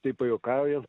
taip pajuokaujant